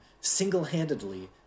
single-handedly